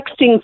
texting